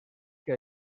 que